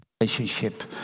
relationship